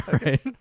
right